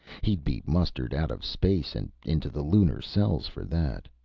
he'd be mustered out of space and into the lunar cells for that.